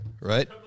right